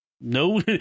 No